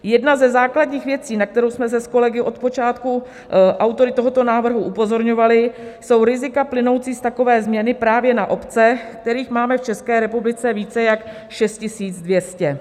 Jedna ze základních věci, na které jsme s kolegy od počátku autory tohoto návrhu upozorňovali, jsou rizika plynoucí z takové změny právě na obce, kterých máme v České republice více jak 6 200.